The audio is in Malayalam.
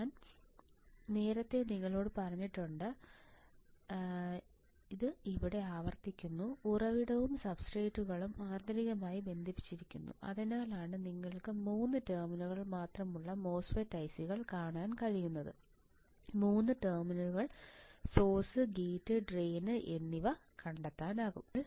ഞാൻ നേരത്തെ നിങ്ങളോട് പറഞ്ഞിട്ടുണ്ട് ഞാൻ ഇത് ഇവിടെ ആവർത്തിക്കുന്നു ഉറവിടവും സബ്സ്ട്രേറ്റുകളും ആന്തരികമായി ബന്ധിപ്പിച്ചിരിക്കുന്നു അതിനാലാണ് നിങ്ങൾക്ക് 3 ടെർമിനലുകൾ മാത്രമുള്ള മോസ്ഫെറ്റ് ഐസികൾ കാണാൻ കഴിയുന്നത് 3 ടെർമിനലുകൾ സോഴ്സ് ഗേറ്റ് ഡ്രെയിൻ എന്നിവ കണ്ടെത്താനാകും